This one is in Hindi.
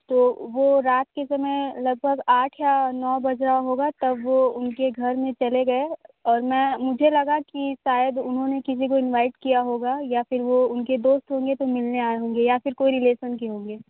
तो वो रात के समय लगभग आठ या नौ बज रहा होगा तब उनके घर में चले गए और मैं मुझे लगा कि शायद उन्होंने किसी को इनवाइट किया होगा या फिर वो उनके दोस्त होंगे तो मिलने आए होंगे या फिर कोई रिलेशन के होंगे